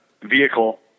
vehicle